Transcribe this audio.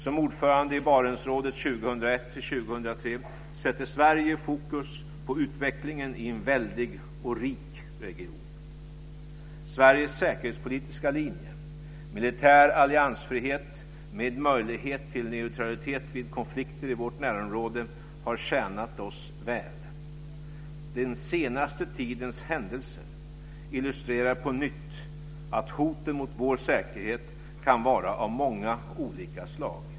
Som ordförande i Barentsrådet 2001-2003 sätter Sverige fokus på utvecklingen i en väldig och rik region. Sveriges säkerhetspolitiska linje, militär alliansfrihet med möjlighet till neutralitet vid konflikter i vårt närområde, har tjänat oss väl. Den senaste tidens händelser illustrerar på nytt att hoten mot vår säkerhet kan vara av många olika slag.